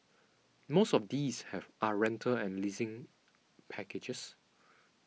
most of these are rental and leasing packages